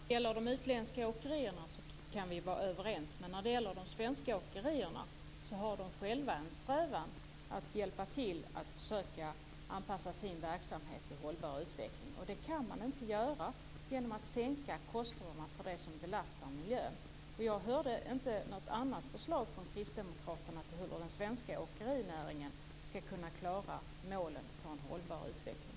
Fru talman! När det gäller de utländska åkerierna kan vi vara överens. Men när det gäller de svenska åkerierna har de själva en strävan att försöka anpassa sin verksamhet till hållbar utveckling, och det kan de inte göra om man sänker kostnaderna för det som belastar miljön. Jag hörde inte något annat förslag från kristdemokraterna till hur den svenska åkerinäringen skall kunna klara målen för en hållbar utveckling.